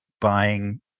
buying